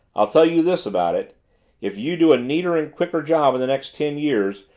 i'll tell you this about it if you do a neater and quicker job in the next ten years,